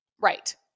right